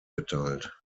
geteilt